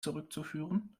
zurückzuführen